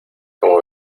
como